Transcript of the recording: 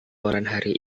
hari